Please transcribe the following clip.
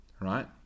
right